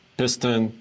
piston